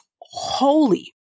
holy